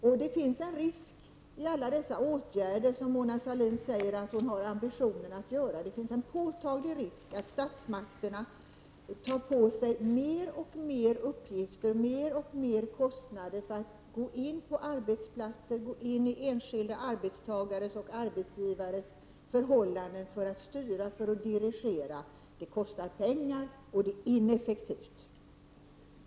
Det finns en risk med alla dessa åtgärder som Mona Sahlin sade att hon har ambition att vidta. Risken är påtaglig att statsmakterna tar på sig ännu fler uppgifter och ännu högre kostnader för att gå in på arbetsplatser och styra och dirigera enskilda arbetsgivares och arbetstagares förhållanden. Det kostar pengar samtidigt som det är ineffektivt.